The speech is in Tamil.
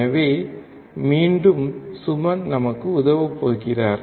எனவே மீண்டும் சுமன் நமக்கு உதவப் போகிறார்